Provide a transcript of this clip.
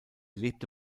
lebte